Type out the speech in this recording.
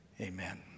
Amen